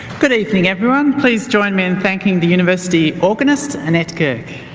good evening everyone. please join me in thanking the university organist annette goerke.